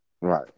Right